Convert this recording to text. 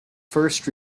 first